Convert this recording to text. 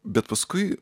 bet paskui